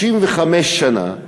65 שנה,